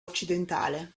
occidentale